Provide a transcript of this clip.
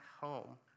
home